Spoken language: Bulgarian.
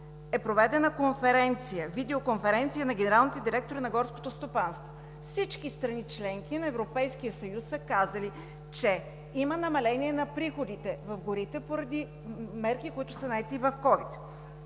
е проведена видеоконференция на генералните директори на горското стопанство. Всички страни – членки на Европейския съюз, са казали, че има намаление на приходите в горите поради мерки, които са предприети в COVID.